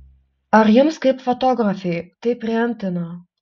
ar jums kaip fotografei tai priimtina